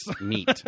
Neat